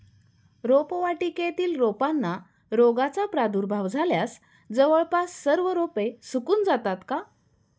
रोपवाटिकेतील रोपांना रोगाचा प्रादुर्भाव झाल्यास जवळपास सर्व रोपे सुकून जातात का?